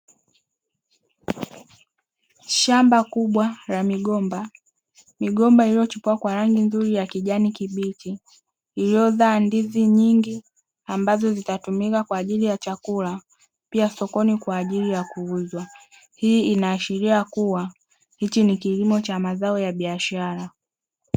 Shamba kubwa la migomba. Migomba iliyochipua kwa rangi nzuri ya kijani kibichi, iliyozaa ndizi nyingi ambazo zitatumika kwa ajili ya chakula pia sokoni kwa ajili ya kuuzwa. Hii inaashiria kuwa hiki ni kilimo cha mazao ya biashara.